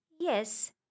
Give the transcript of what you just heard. yes